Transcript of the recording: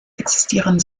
existieren